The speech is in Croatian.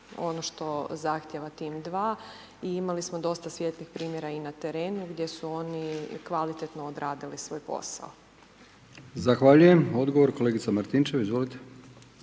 ono što zahtjeva tim 2 i imali smo dosta svijetlih primjera na terenu gdje su oni kvalitetno odradili svoj posao. **Brkić, Milijan (HDZ)** Zahvaljujem. Odgovor, kolegica Martinčev, izvolite.